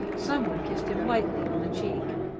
some one kissed him lightly on the cheek.